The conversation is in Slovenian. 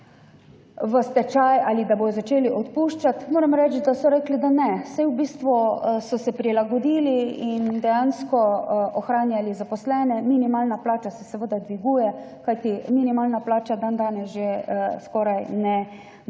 stečaj ali da bodo začeli odpuščati, moram reči, da so rekli, da ne. V bistvu so se prilagodili in dejansko ohranjali zaposlene. Minimalna plača se seveda dviguje, kajti minimalna plača dandanes že skoraj ne dopusti